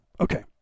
Okay